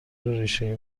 ریشهای